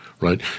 right